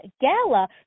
gala